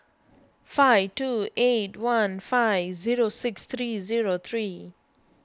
five two eight one five zero six three zero three